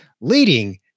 leading